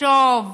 שוב,